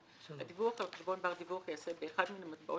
הדיווח על חשבון בר דיווח ייעשה באחד מן המטבעות